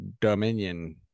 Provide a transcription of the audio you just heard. Dominion